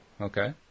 Okay